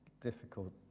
difficult